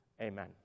amen